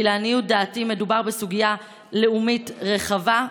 כי לעניות דעתי מדובר בסוגיה לאומית רחבה,